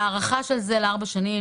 העלות של הארכה של זה לארבע שנים,